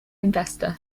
investor